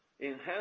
enhance